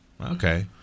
Okay